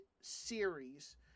series